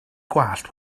gwallt